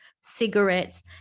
cigarettes